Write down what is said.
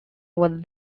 was